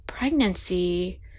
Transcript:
pregnancy